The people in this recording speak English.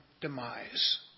demise